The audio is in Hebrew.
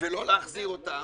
ולא להחזיר אותם.